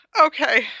Okay